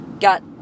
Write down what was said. got